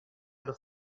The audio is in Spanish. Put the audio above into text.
los